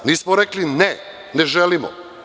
Nismo rekli – ne, ne želimo.